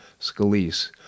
Scalise